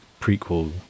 prequel